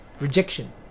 rejection